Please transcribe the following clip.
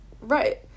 right